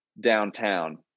downtown